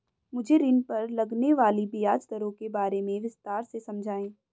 मुझे ऋण पर लगने वाली ब्याज दरों के बारे में विस्तार से समझाएं